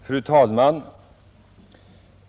Fru talman!